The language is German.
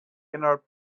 innerhalb